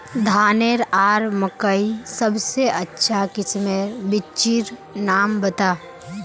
धानेर आर मकई सबसे अच्छा किस्मेर बिच्चिर नाम बता?